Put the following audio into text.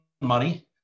money